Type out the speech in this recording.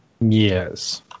Yes